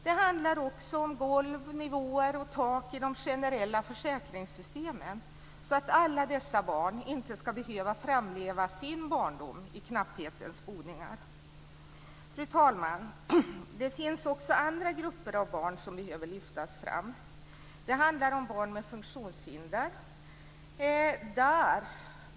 Det handlar också om golv, nivåer och tak i de generella försäkringssystemen, så att alla dessa barn inte ska behöva framleva sin barndom i knapphetens boningar. Fru talman! Det finns också andra grupper av barn som behöver lyftas fram. Det handlar om barn med funktionshinder.